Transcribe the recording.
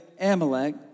Amalek